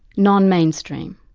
non-mainstream.